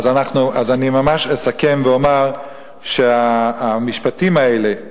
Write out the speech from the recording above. אז אני ממש אסכם ואומר שהמשפטים האלה,